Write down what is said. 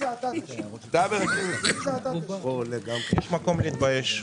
יש מקום להתבייש.